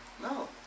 No